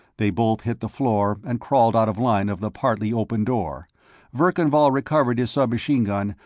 they both hit the floor and crawled out of line of the partly-open door verkan vall recovered his submachine-gun,